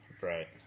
Right